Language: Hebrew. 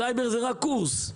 סייבר זה רק קורס,